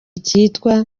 kitwa